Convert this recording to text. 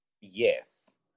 yes